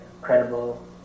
credible